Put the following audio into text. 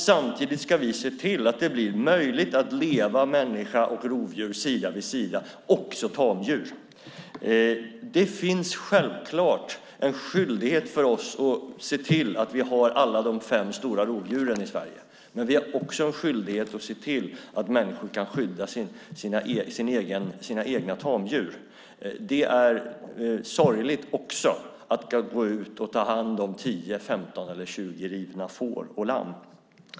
Samtidigt ska vi se till att det blir möjligt att leva människa och rovdjur sida vid sida. Det gäller också tamdjur. Det finns självklart en skyldighet för oss att se till att vi har alla de fem stora rovdjuren i Sverige. Men vi har också en skyldighet att se till att människor kan skydda sina egna tamdjur. Det är sorgligt att gå ut och ta hand om 10, 15 eller 20 rivna får och lamm.